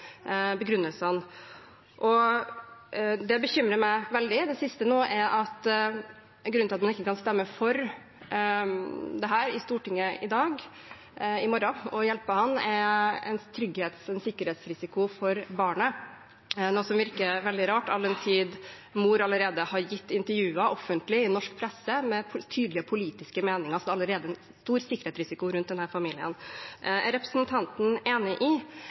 Begrunnelsene for hvorfor han ikke blir hjulpet, har fra regjeringspartienes side variert veldig. Dette bekymrer meg veldig. Den siste begrunnelsen for hvorfor man i morgen ikke kan stemme for å hjelpe ham, er sikkerhetsrisiko for barnet. Det virker veldig rart, all den tid moren allerede har gitt intervjuer offentlig i norsk presse med tydelige politiske meninger. Så det er allerede en stor sikkerhetsrisiko rundt denne familien. Er representanten Breivik enig i